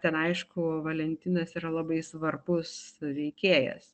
ten aišku valentinas yra labai svarbus veikėjas